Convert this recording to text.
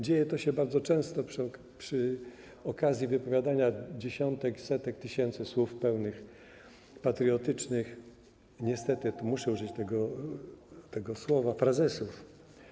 Dzieje się to bardzo często przy okazji wypowiadania dziesiątek, setek tysięcy słów pełnych patriotycznych - niestety muszę użyć tego słowa - frazesów.